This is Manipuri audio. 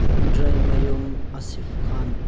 ꯐꯟꯗ꯭ꯔꯩꯃꯌꯨꯝ ꯑꯁꯤꯐ ꯈꯥꯟ